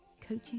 Coaching